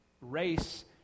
race